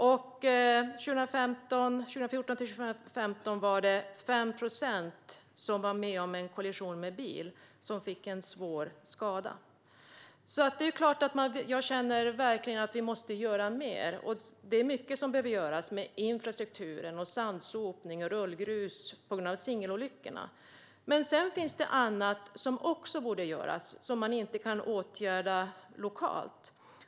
År 2014-2015 var det 5 procent som var med om en kollision med bil som fick en svår skada. Det är klart att jag känner att vi måste göra mer. Mycket behöver göras med infrastrukturen, till exempel när det gäller sandsopning och rullgrus som orsakar singelolyckor, men sedan finns det annat som också borde göras som man inte kan åtgärda lokalt.